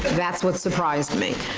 that's what surprised me.